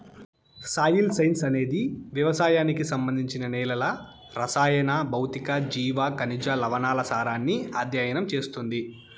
soil science అనేది వ్యవసాయానికి సంబంధించి నేలల రసాయన, భౌతిక, జీవ, ఖనిజ, లవణాల సారాన్ని అధ్యయనం చేస్తుంది